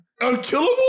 Unkillable